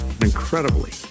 incredibly